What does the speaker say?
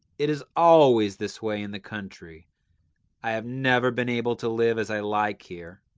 it is always this way in the country i have never been able to live as i like here.